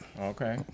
Okay